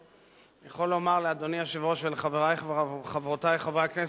אני יכול לומר לאדוני היושב-ראש ולחברי וחברותי חברי הכנסת,